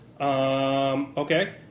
Okay